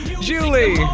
Julie